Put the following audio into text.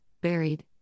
buried